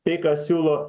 tai ką siūlo